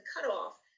cutoff